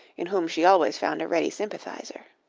in whom she always found a ready sympathizer.